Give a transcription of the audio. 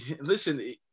listen